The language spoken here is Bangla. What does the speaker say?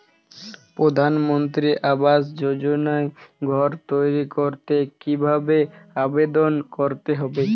প্রধানমন্ত্রী আবাস যোজনায় ঘর তৈরি করতে কিভাবে আবেদন করতে হবে?